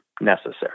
necessary